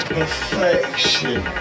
perfection